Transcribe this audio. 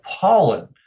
pollen